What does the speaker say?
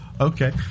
Okay